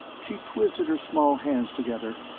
she twisted her small hands together.